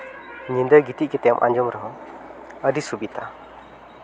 ᱧᱤᱫᱟᱹ ᱜᱤᱛᱤᱡ ᱠᱟᱛᱮᱢ ᱟᱸᱡᱚᱢ ᱨᱮᱦᱚᱸ ᱟᱹᱰᱤ ᱥᱩᱵᱤᱫᱷᱟ